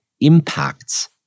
impacts